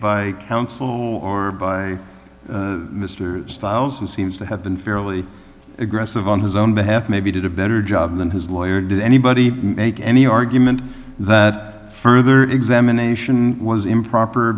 by counsel or by mr stiles who seems to have been fairly aggressive on his own behalf maybe did a better job than his lawyer did anybody make any argument that further examination was improper